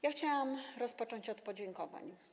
Ja chciałam rozpocząć od podziękowań.